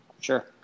Sure